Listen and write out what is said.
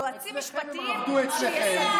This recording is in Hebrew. יועצים משפטיים, אצלכם, הם עבדו אצלכם.